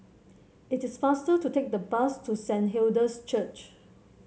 it is faster to take the bus to Saint Hilda's Church